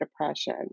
depression